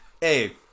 Hey